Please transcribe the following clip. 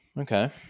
okay